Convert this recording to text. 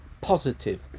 positive